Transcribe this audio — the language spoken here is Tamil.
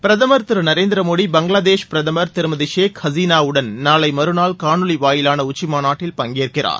பிரதமர் திரு நரேந்திர மோடி பங்களாதேஷ் பிரதமர் திருமதி ஷேக் ஹசீனாவுடன் நாளை மறுநாள் காணொலி வாயிலான உச்சிமாநாட்டில் பங்கேற்கிறார்